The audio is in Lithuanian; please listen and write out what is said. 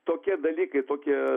tokie dalykai tokie